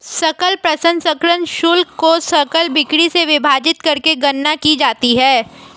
सकल प्रसंस्करण शुल्क को सकल बिक्री से विभाजित करके गणना की जाती है